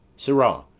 sirrah,